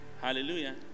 Hallelujah